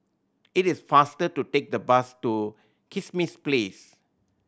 it is faster to take the bus to Kismis Place